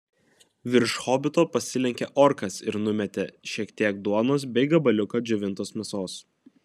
virš hobito pasilenkė orkas ir numetė šiek tiek duonos bei gabaliuką džiovintos mėsos